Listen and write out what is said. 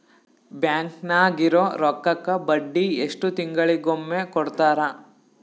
Bank ನಾಗಿರೋ ರೊಕ್ಕಕ್ಕ ಬಡ್ಡಿ ಎಷ್ಟು ತಿಂಗಳಿಗೊಮ್ಮೆ ಕೊಡ್ತಾರ?